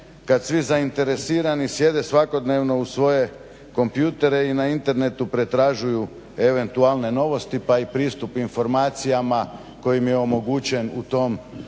kad svi zainteresirani sjede svakodnevno uz svoje kompjutere i na internetu pretražuju eventualne novosti pa i pristup informacijama koji im je omogućen u tom